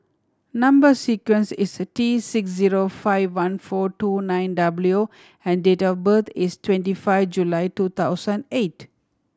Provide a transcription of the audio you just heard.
number sequence is T six zero five one four two nine W and date of birth is twenty five July two thousand eight